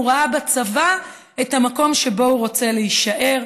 הוא ראה בצבא את המקום שבו הוא רוצה להישאר,